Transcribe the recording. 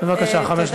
חמש דקות.